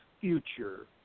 future